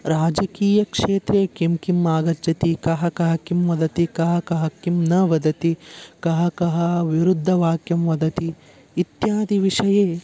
राजकीयक्षेत्रे किं किम् आगच्छति कः कः किं वदति कः कः किं न वदति कः कः विरुद्धवाक्यं वदति इत्यादिविषये